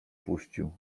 puścił